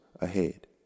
ahead